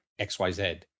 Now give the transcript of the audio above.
xyz